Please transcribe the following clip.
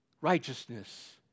righteousness